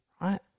right